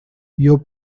you’re